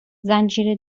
زنجیره